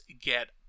get